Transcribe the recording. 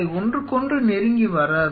அவை ஒன்றுக்கொன்று நெருங்கி வராது